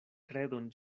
kredon